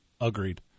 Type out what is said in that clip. Agreed